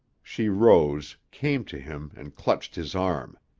she rose, came to him, and clutched his arm.